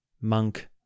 monk